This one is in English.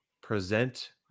present